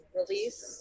release